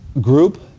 group